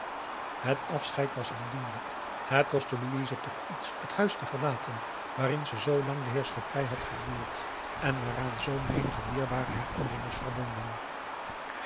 het afscheid was aandoenljjk het kostte louise toch iets t huis te verlaten waarin ze zoo lang de heerschappij had gevoerd en waaraan zoo menige dierbare herinnering was verbonden